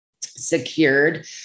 secured